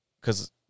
cause